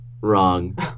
Wrong